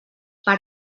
per